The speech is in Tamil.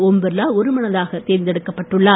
ஓம் பிர்லா ஒரு மனதாக தேர்ந்தெடுக்கப்பட்டுள்ளார்